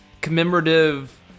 commemorative